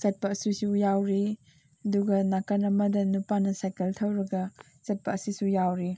ꯆꯠꯄ ꯑꯁꯤꯁꯨ ꯌꯥꯎꯔꯤ ꯑꯗꯨꯒ ꯅꯥꯀꯟ ꯑꯃꯗ ꯅꯨꯄꯥꯅ ꯁꯥꯏꯀꯜ ꯊꯧꯔꯒ ꯆꯠꯄ ꯑꯁꯤꯁꯨ ꯌꯥꯎꯔꯤ